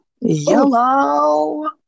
Yellow